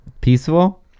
Peaceful